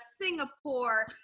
Singapore